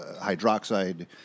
hydroxide